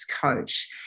coach